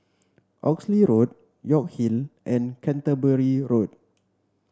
Oxley Road York Hill and Canterbury Road